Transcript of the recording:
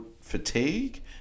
fatigue